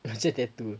macam tattoo